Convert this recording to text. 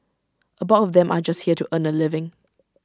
A bulk of them are just here to earn A living